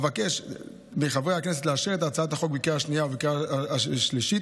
אבקש מחברי הכנסת לאשר את הצעת החוק בקריאה השנייה ובקריאה השלישית.